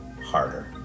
harder